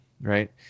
right